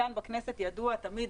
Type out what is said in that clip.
כאן בכנסת ידוע תמיד,